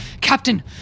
Captain